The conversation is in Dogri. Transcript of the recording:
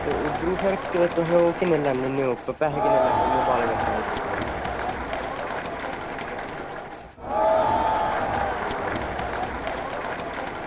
ते उद्धर फिर तुस ओह् किन्ने लैन्ने होन्ने बाल कटन्ने दे